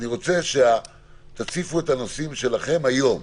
אני רוצה שתציפו את הנושאים שלכם היום